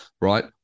right